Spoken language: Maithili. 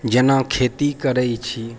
जेना खेती करै छी